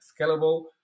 scalable